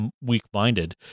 weak-minded